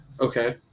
Okay